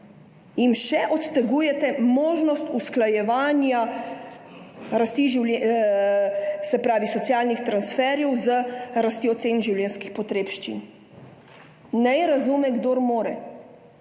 jim še odtegujete možnost usklajevanja socialnih transferjev z rastjo cen življenjskih potrebščin. Naj razume, kdor more.